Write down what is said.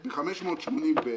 ב-580ב,